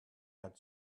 had